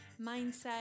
mindset